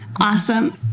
Awesome